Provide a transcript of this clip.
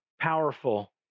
powerful